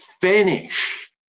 finish